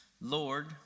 Lord